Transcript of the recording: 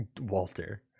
Walter